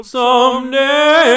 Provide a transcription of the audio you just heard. someday